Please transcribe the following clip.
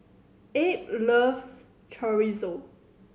Abe loves Chorizo